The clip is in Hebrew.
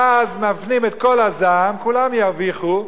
ואז מפנים את כל הזעם, וכולם ירוויחו: